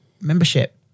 Membership